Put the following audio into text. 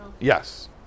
Yes